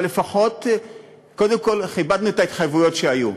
אבל לפחות קודם כול כיבדנו את ההתחייבויות שהיו.